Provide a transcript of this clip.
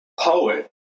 poet